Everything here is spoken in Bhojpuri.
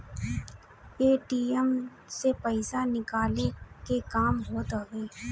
ए.टी.एम से पईसा निकाले के काम होत हवे